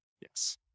Yes